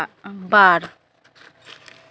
ᱵᱟᱨ